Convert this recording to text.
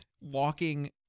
walking